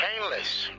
Painless